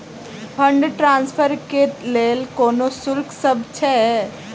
Fund transfer केँ लेल कोनो शुल्कसभ छै?